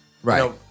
Right